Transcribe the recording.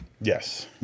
Yes